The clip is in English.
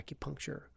acupuncture